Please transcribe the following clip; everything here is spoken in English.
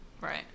Right